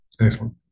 Excellent